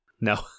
No